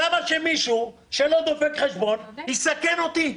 למה מישהו שלא דופק חשבון יסכן אותי?